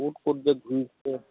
ক'ত ক'ত যে ঘূৰি ফুৰে